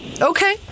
Okay